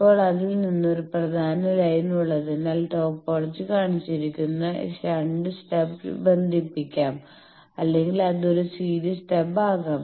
ഇപ്പോൾ അതിൽ നിന്ന് ഒരു പ്രധാന ലൈൻ ഉള്ളതിനാൽ ടോപ്പോളജി കാണിച്ചിരിക്കുന്ന ഷണ്ട് സ്റ്റബ് ബന്ധിപ്പിക്കാം അല്ലെങ്കിൽ അത് ഒരു സീരീസ് സ്റ്റബ് ആകാം